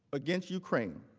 against ukraine.